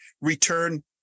Return